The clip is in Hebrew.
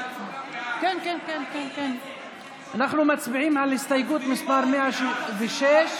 אנחנו מצביעים על הסתייגות מס' 106,